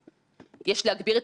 לסיכום,